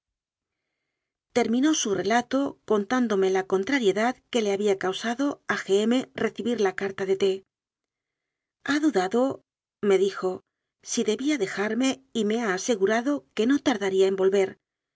terminó su relato contándome la contrariedad que le había causado a g m recibir la carta de t ha dudadome dijosi debía dejarme y me ha asegurado que no tardaría en